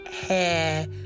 hair